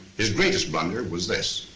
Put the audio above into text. his greatest blunder was this,